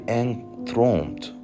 enthroned